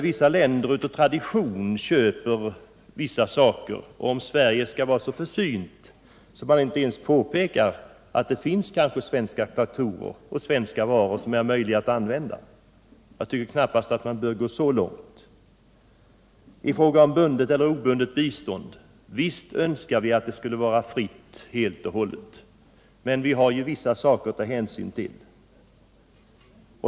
Vissa länder köper av tradition vissa varor. Jag tycker dock att vi inte bör gå så långt i fråga om att vara försynta att vi inte ens kan påpeka att det finns svenska varor som kan användas. Visst önskar vi att biståndet kunde vara helt obundet, men vi har vissa omständigheter att ta hänsyn till.